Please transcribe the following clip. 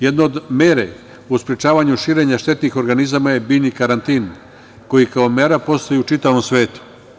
Jedna od mera u sprečavanju širenja štetnih organizama je biljni karantin, koji kao mera postoji u čitavom svetu.